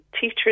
teachers